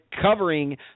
covering